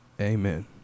Amen